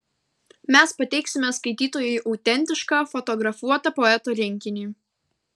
mes pateiksime skaitytojui autentišką fotografuotą poeto rinkinį